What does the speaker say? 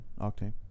Octane